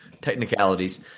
technicalities